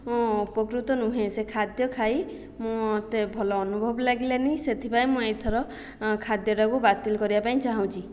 ମୁଁ ଉପକୃତ ନୁହେଁ ସେ ଖାଦ୍ୟ ଖାଇ ମୋତେ ଭଲ ଅନୁଭବ ଲାଗିଲାନାହିଁ ସେଥିପାଇଁ ମୁଁ ଏହିଥର ଖାଦ୍ୟଟାକୁ ବାତିଲ୍ କରିବା ପାଇଁ ଚାହୁଁଛି